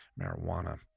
marijuana